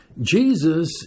Jesus